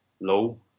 low